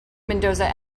mendoza